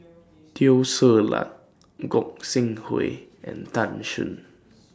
Teo Ser Luck Gog Sing Hooi and Tan Shen